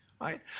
right